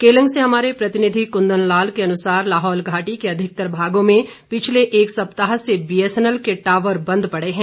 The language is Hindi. केलंग से हमारे प्रतिनिधि कुंदन लाल के अनुसार लाहौल घाटी के अधिकतर भागों में पिछले एक सप्ताह से बीएसएनएल के टावर बंद पड़े हैं